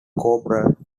corporal